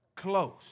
close